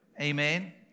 Amen